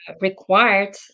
required